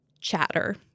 chatter